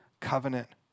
covenant